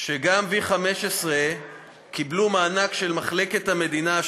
שגם V15 קיבלו מענק של מחלקת המדינה,